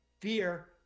Fear